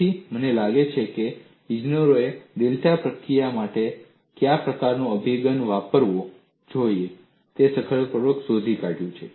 તેથી તમને લાગે છે કે ઇજનેરો ડેટા પ્રક્રિયા માટે કયા પ્રકારનો અભિગમ વાપરવો જોઈએ તે સફળતાપૂર્વક શોધી કાઢ્યું છે